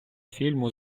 фільму